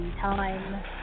time